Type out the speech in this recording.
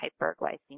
hyperglycemia